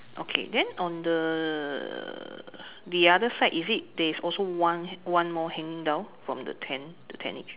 okay then on the the other side is it there's also one one more hanging down from the tent the tentage